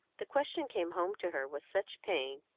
the question came home to her with such pain,